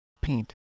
Paint